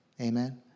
amen